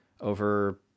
over